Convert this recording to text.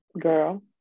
Girl